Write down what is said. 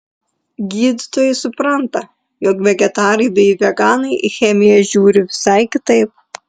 gydytojai supranta jog vegetarai bei veganai į chemiją žiūri visai kitaip